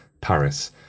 Paris